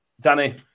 Danny